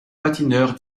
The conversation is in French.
patineur